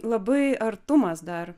labai artumas dar